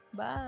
Bye